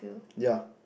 yea